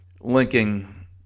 linking